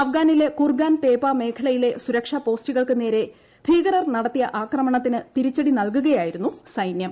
അഫ്ഗാനിലെ Kurgan Tepa മേഖലയിലെ സുരക്ഷാ പോസ്റ്റുകൾക്ക് നേരെ ഭീകരർ നടത്തിയ ആക്രമണത്തിന് തിരിച്ചടി നൽകുകയായിരുന്നു സൈന്യം